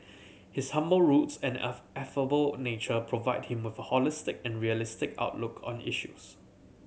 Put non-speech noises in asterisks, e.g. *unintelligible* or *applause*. his humble roots and *unintelligible* affable nature provide him with a holistic and realistic outlook on issues